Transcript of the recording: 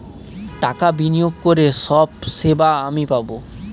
টাকা বিনিয়োগ করে সব সেবা আমি পাবো